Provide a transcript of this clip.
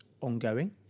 ongoing